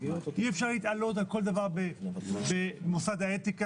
אי אפשר להיתלות על כל דבר במוסד האתיקה,